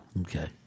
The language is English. Okay